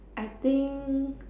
I think